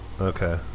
Okay